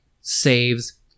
saves